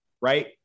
right